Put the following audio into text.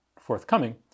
forthcoming